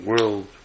world